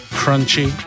crunchy